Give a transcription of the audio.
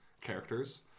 characters